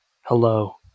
Hello